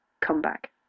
comeback